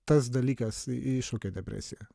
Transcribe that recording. tas dalykas iššaukia depresiją